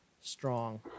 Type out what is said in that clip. strong